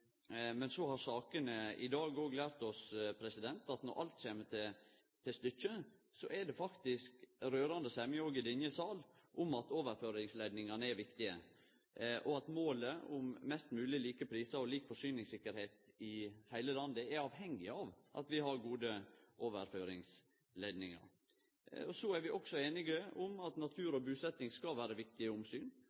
Men så har sakene i dag òg lært oss at når det kjem til stykket, er det faktisk rørande semje òg i denne salen om at overføringsleidningane er viktige, og at målet om mest mogleg like prisar og lik forsyningssikkerheit i heile landet er avhengig av at vi har gode overføringslinjer. Så er vi også einige om at natur og busetjing skal vere viktige omsyn